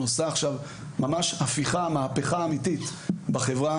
עושה עכשיו ממש מהפכה אמיתית בחברה.